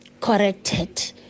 corrected